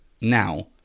Now